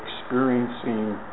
experiencing